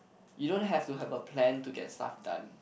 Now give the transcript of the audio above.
you don't have to have a plan to get stuff done